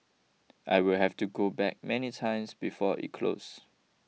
I'll have to go back many times before it closes